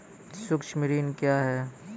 सुक्ष्म ऋण क्या हैं?